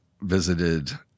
visited